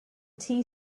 tea